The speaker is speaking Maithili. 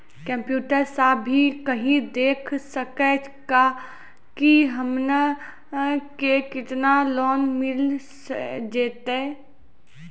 कंप्यूटर सा भी कही देख सकी का की हमनी के केतना लोन मिल जैतिन?